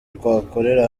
twakorera